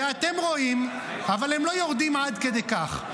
ואתם רואים, אבל הם לא יורדים עד כדי כך,